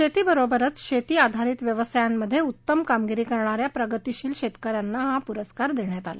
शेती बरोबरच शेती आधारित व्यवसायांमधे उत्तम कामगिरी करणा या प्रगतीशील शेतक यांना हा पुरस्कार देण्यात आला